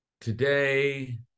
Today